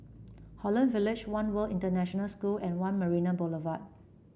Holland Village One World International School and One Marina Boulevard